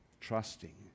trusting